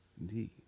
Indeed